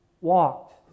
walked